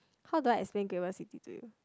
how do I explain Great-World-City to you